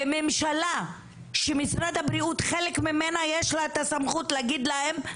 וממשלה שמשרד הבריאות חלק ממנה יש לה את הסמכות להגיד להם,